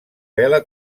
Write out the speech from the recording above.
vela